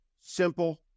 simple